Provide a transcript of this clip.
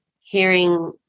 hearing